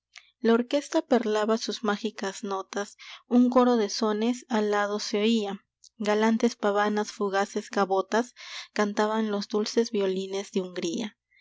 la orquesta perlaba sus mágicas notas un coro de sones alados se oía galantes pavanas fugaces gavotas cantaban los dulces violines de hungría